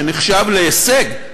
שנחשב להישג,